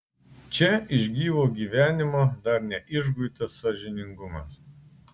čia iš gyvo gyvenimo dar neišguitas sąžiningumas